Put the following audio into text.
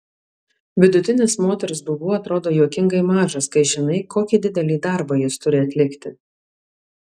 vidutinis moters dubuo atrodo juokingai mažas kai žinai kokį didelį darbą jis turi atlikti